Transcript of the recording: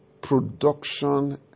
Production